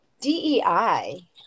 DEI